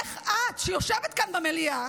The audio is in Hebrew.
איך את, שיושבת כאן במליאה